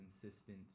consistent